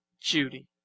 Judy